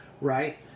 right